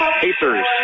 Pacers